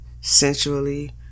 sensually